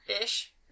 ish